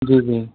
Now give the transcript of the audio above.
जी जी